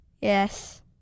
Yes